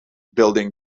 building